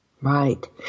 Right